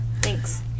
Thanks